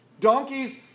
donkeys